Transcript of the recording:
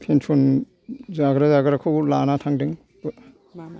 pension जाग्रा जाग्राखौ लाना थांदों